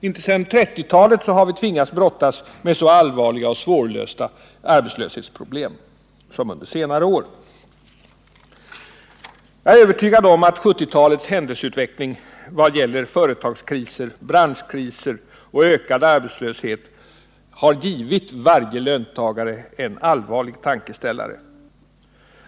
Inte sedan 1930-talet har vi haft att brottas med så allvarliga och svårlösta arbetslöshetsproblem som under 1970-talet. Jag är övertygad om att händelseutvecklingen vad gäller företagskriser, branschkriser och ökad arbetslöshet har givit varje löntagare en allvarlig tankeställare.